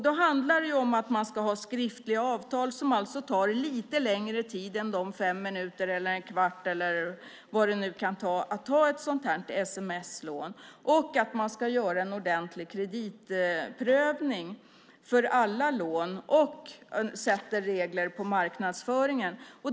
Då handlar det om att man ska ha skriftliga avtal, som alltså tar lite längre tid än de fem minuter, en kvart eller vad det kan ta för att få ett sms-lån, att man ska göra en ordentlig kreditprövning för alla lån och sätta regler för marknadsföringen.